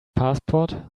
passport